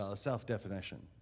ah self-definition.